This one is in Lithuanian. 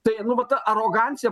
tai nu va ta arogancija